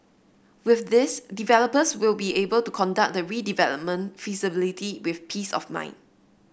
with this developers will be able to conduct the redevelopment feasibility with peace of mind